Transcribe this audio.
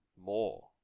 more